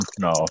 no